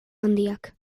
handiak